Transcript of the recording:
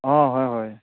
অঁ হয় হয়